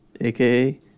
AKA